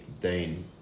Dean